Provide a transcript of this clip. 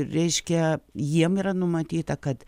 reiškia jiem yra numatyta kad